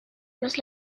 was